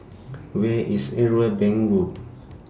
Where IS Irwell Bank Road